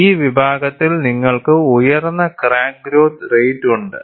ഈ വിഭാഗത്തിൽ നിങ്ങൾക്ക് ഉയർന്ന ക്രാക്ക് ഗ്രോത്ത് റേറ്റ് ഉണ്ട്